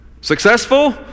successful